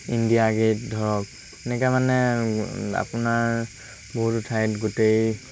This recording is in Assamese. ইণ্ডিয়া গে'ট ধৰক এনেকৈ মানে আপোনাৰ বহুতো ঠাইত গোটেই